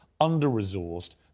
under-resourced